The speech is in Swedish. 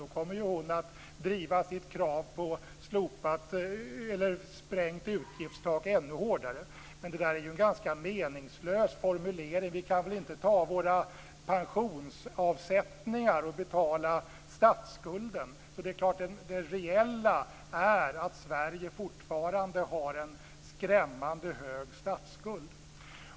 Då kommer hon att driva sitt krav på sprängt utgiftstak ännu hårdare. Men detta är ju en ganska meningslös formulering. Vi kan väl inte ta våra pensionsavsättningar för att betala statsskulden? Det reella är alltså att Sverige fortfarande har en skrämmande hög statsskuld.